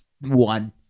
one